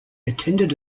attended